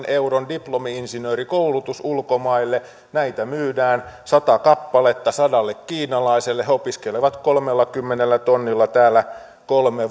euron diplomi insinöörikoulutus ulkomaille näitä myydään sata kappaletta sadalle kiinalaiselle he opiskelevat kolmellakymmenellä tonnilla täällä kolme